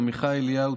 עמיחי אליהו,